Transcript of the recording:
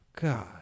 God